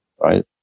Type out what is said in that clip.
right